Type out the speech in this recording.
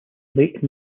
late